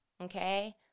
okay